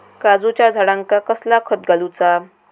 काजूच्या झाडांका कसला खत घालूचा?